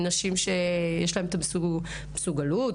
נשים שיש להן מסוגלות,